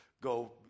go